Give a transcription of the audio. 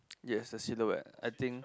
ya a silhouette